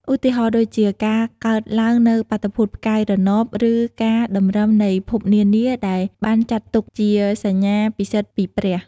ឧទាហរណ៍ដូចជាការកើតឡើងនូវបាតុភូតផ្កាយរណបឬការតម្រឹមនៃភពនានាដែលបានចាត់ទុកជាសញ្ញាពិសិដ្ឋពីព្រះ។